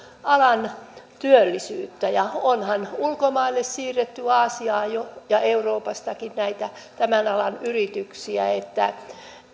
alan työllisyyttä onhan ulkomaille aasiaan siirretty euroopastakin näitä tämän alan yrityksiä että